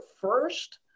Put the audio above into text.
first